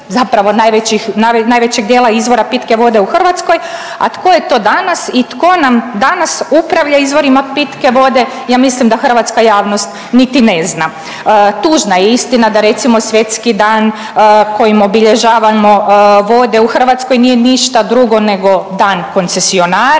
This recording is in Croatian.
zapravo najvećeg dijela izvora pitke vode u Hrvatskoj, a tko je to danas i tko nam danas upravlja izvorima pitke vode ja mislim da hrvatska javnost niti ne zna. Tužna je istina da recimo Svjetski dan kojim obilježavamo vode u Hrvatskoj nije ništa drugo nego dan koncesionara